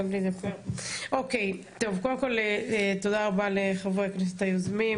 אוקיי טוב, קודם כל תודה רבה לחברי הכנסת היוזמים,